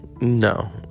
no